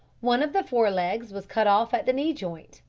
one of the fore-legs was cut off at the knee joint,